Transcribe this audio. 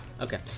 okay